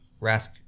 Rask